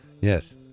Yes